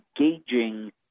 engaging